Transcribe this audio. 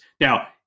Now